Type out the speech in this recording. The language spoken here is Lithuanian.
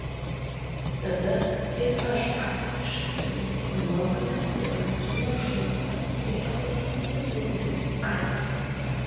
tada ir aš asmeniškai turiu savo nuomonę apie artūrą šulcą ir ją pasakysiu kai kuriais atvejais